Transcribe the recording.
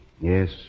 Yes